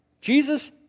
Jesus